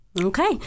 Okay